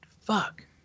fuck